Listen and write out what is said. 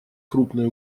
крупной